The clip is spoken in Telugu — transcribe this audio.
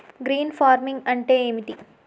గ్రీన్ ఫార్మింగ్ అంటే ఏమిటి?